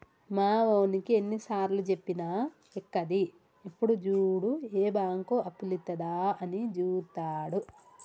మావోనికి ఎన్నిసార్లుజెప్పినా ఎక్కది, ఎప్పుడు జూడు ఏ బాంకు అప్పులిత్తదా అని జూత్తడు